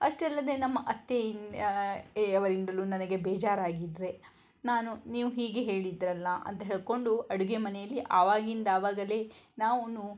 ಅಷ್ಟೇ ಅಲ್ಲದೆ ನಮ್ಮ ಅತ್ತೆ ಎ ಅವರಿಂದಲೂ ನನಗೆ ಬೇಜಾರಾಗಿದ್ದರೆ ನಾನು ನೀವು ಹೀಗೆ ಹೇಳಿದ್ದಿರಲ್ಲ ಅಂತ ಹೇಳಿಕೊಂಡು ಅಡುಗೆ ಮನೆಯಲ್ಲಿ ಆವಾಗಿಂದ ಆವಾಗಲೇ ನಾವು